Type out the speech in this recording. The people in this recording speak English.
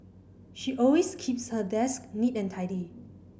she always keeps her desk neat and tidy